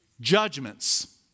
Judgments